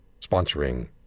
sponsoring